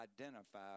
identify